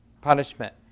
punishment